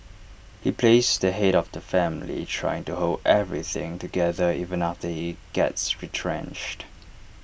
he plays the Head of the family trying to hold everything together even after he gets retrenched